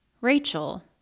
Rachel